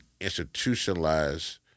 institutionalize